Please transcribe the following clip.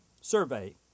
survey